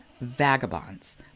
Vagabonds